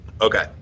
okay